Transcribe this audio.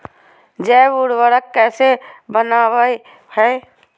जैव उर्वरक कैसे वनवय हैय?